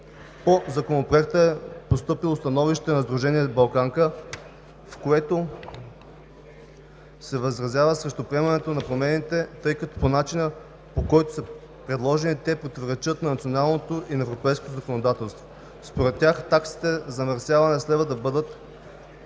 По Законопроекта е постъпило становище на Сдружение „Балканка“, в което се възразява срещу приемането на промените, тъй като по начина, по който са предложени, те противоречат на националното и на европейското законодателство. Според тях таксите за замърсяване следва да бъдат